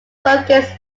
focus